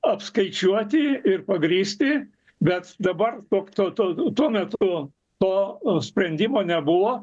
apskaičiuoti ir pagrįsti bet dabar tuok tuo tuo metu to sprendimo nebuvo